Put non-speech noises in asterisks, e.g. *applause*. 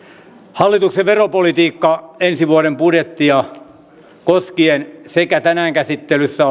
hallituksen veropolitiikka ensi vuoden budjettia koskien sekä tänään käsittelyssä *unintelligible*